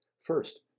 First